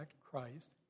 Christ